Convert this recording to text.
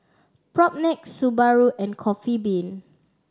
Propnex Subaru and Coffee Bean